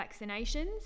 vaccinations